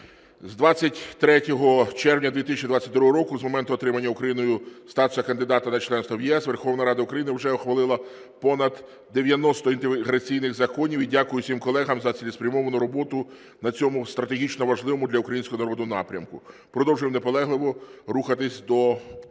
З 23 червня 2022 року, з моменту отримання Україною статусу кандидата на членство в ЄС, Верховна Рада України вже ухвалила понад 90 інтеграційних законів. І дякую всім колегам за цілеспрямовану роботу на цьому стратегічно важливому для українського народу напрямку. Продовжуємо наполегливо рухатись до